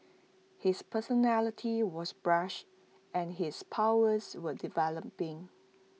his personality was brash and his powers were developing